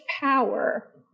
power